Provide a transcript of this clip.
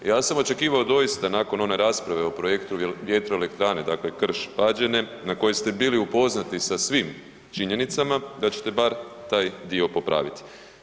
Ja sam očekivao doista nakon one rasprave o projektu vjetroelektrane dakle Krš-Pađene, na koje ste bili upoznati sa svim činjenicama da ćete bar taj dio popraviti.